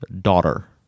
daughter